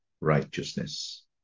righteousness